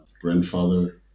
grandfather